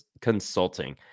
Consulting